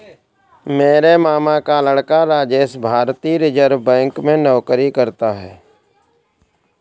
मेरे मामा का लड़का राजेश भारतीय रिजर्व बैंक में नौकरी करता है